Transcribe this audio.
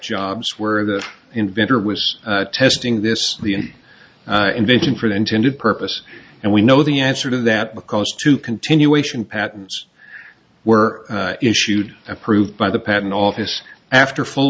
jobs where the inventor was testing this the invention for the intended purpose and we know the answer to that because two continuation patents were issued approved by the patent office after full